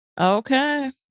Okay